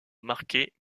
marquet